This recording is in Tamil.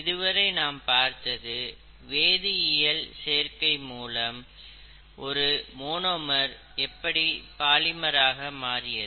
இதுவரை நாம் பார்த்தது வேதியில் சேர்க்கையின் மூலம் ஒரு மோனோமர் எப்படி பாலிமர் ஆக மாறியது